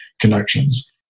connections